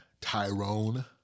Tyrone